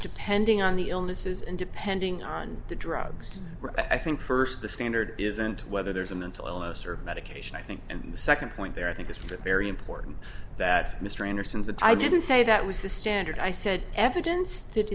depending on the illnesses and depending on the drugs i think first the standard isn't whether there's a mental illness or medication i think and the second point there i think it's very important that mr anderson's and i didn't say that was the standard i said evidence that